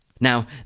Now